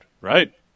right